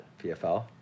PFL